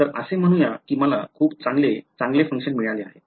तर असे म्हणूया की मला खूप चांगले चांगले फंक्शन मिळाले आहे